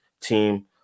team